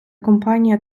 компанія